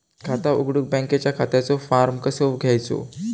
खाता उघडुक बँकेच्या खात्याचो फार्म कसो घ्यायचो?